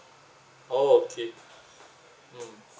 oh okay mm